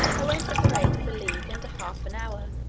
i went at the rate of a league and a half an hour,